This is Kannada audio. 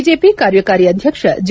ಬಿಜೆಪಿ ಕಾರ್ಯಕಾರಿ ಅಧ್ಯಕ್ಷ ಜೆ